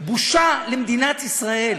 בושה למדינת ישראל.